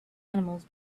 animals